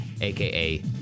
aka